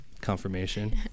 confirmation